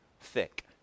thick